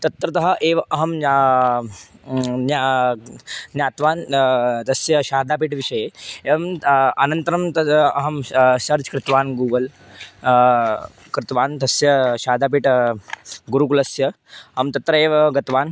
तत्रतः एव अहं ज्ञा ज्ञा ज्ञातवान् तस्य शारदापीठविषये एवं अनन्तरं तद् अहं शा सर्च् कृतवान् गूगल् कृतवान् तस्य शारदापीठगुरुकुलस्य अहं तत्र एव गतवान्